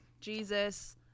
jesus